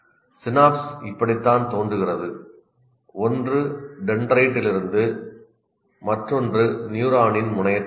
synapse இப்படித்தான் தோன்றுகிறது ஒன்று டென்ட்ரைட்டிலிருந்து மற்றொன்று நியூரானின் முனையத்திலிருந்து